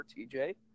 TJ